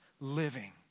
living